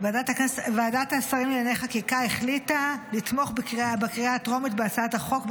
ועדת השרים לענייני חקיקה החליטה לתמוך בקריאה הטרומית בהצעת החוק,